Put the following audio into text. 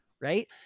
right